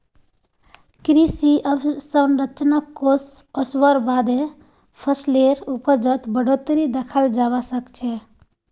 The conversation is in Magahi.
कृषि अवसंरचना कोष ओसवार बादे फसलेर उपजत बढ़ोतरी दखाल जबा सखछे